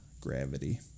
gravity